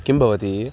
किं भवति